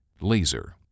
Laser